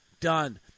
done